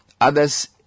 Others